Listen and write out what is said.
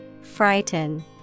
Frighten